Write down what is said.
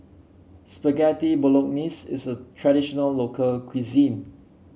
Spaghetti Bolognese is a traditional local cuisine